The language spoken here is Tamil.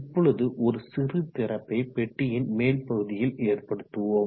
இப்பொழுது ஒரு சிறு திறப்பை பெட்டியின் மேல் பகுதியில் ஏற்படுத்துவோம்